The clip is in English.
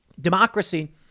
democracy